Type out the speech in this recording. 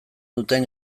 duten